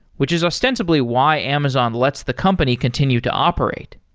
which is ostensibly why amazon lets the company continue to operate.